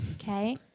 Okay